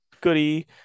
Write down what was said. goodie